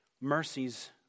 mercies